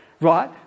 Right